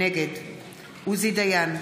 נגד עוזי דיין,